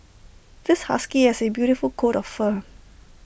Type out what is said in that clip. this husky has A beautiful coat of fur